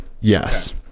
Yes